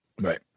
right